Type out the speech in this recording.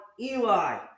Eli